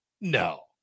No